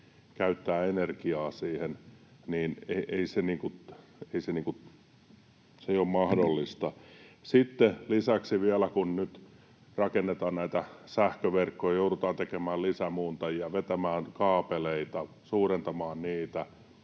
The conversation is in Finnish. käyttää energiaa siihen, niin ei se ole mahdollista. Sitten lisäksi vielä, kun nyt rakennetaan näitä sähköverkkoja ja joudutaan tekemään lisämuuntajia, vetämään kaapeleita ja suurentamaan niitä,